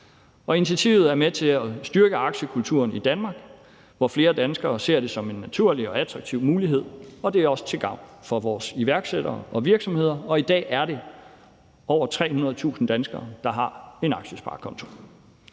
og initiativet er med til at styrke aktiekulturen i Danmark, hvor flere danskere ser det som en naturlig og attraktiv mulighed. Og det er også til gavn for vores iværksættere og virksomheder. I dag er det over 300.000 danskere, der har en aktiesparekonto.